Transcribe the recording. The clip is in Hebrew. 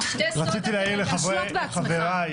רציתי להזכיר לחבריי